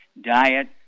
Diet